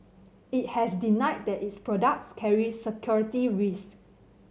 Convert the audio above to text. it has denied that its products carry security risks